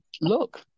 Look